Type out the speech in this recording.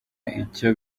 icyo